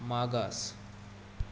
मागास